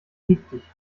giftig